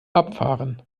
abfahren